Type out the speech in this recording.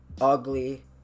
ugly